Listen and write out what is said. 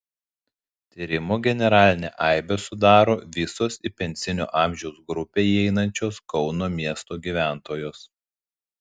tyrimo generalinę aibę sudaro visos į pensinio amžiaus grupę įeinančios kauno miesto gyventojos